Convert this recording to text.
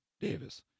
Davis